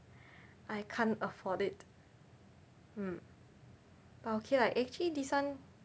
I can't afford it mm but okay lah actually this one